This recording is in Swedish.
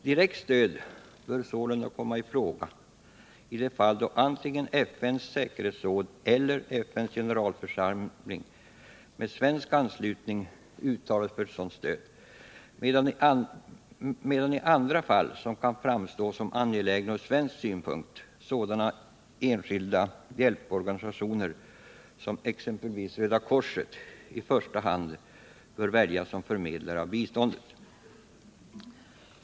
Direkt stöd bör sålunda kunna komma i fråga i de fall då antingen FN:s säkerhetsråd eller FN:s generalförsamling med svensk anslutning uttalat sig för sådant stöd, medan i andra fall, som kan framstå som angelägna ur svensk synpunkt, sådana enskilda hjälporganisationer som exempelvis Röda korset i första hand bör väljas som förmedlare av biståndet.